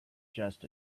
just